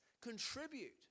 Contribute